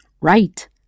Right